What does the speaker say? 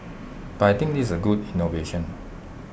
but I think is A good innovation